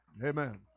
Amen